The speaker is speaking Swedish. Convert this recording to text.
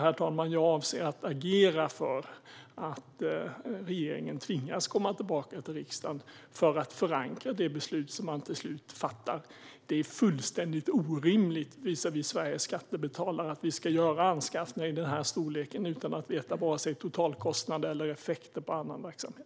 Jag avser att agera för att regeringen ska tvingas att komma tillbaka till riksdagen för att förankra det beslut som man till slut fattar. Det är fullständigt orimligt visavi Sveriges skattebetalare att vi ska göra anskaffningar i denna storlek utan att veta något om vare sig totalkostnad eller effekter på annan verksamhet.